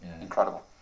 Incredible